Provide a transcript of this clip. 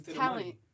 talent